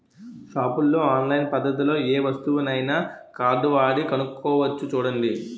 షాపుల్లో ఆన్లైన్ పద్దతిలో ఏ వస్తువునైనా కార్డువాడి కొనుక్కోవచ్చు చూడండి